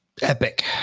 Epic